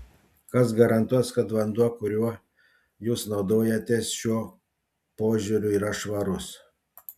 kas garantuos kad vanduo kuriuo jūs naudojatės šiuo požiūriu yra švarus